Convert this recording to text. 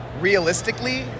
realistically